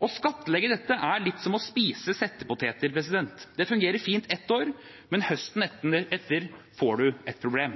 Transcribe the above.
Å skattlegge dette er litt som å spise settepoteter. Det fungerer fint ett år, men høsten etter får en et problem.